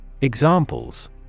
Examples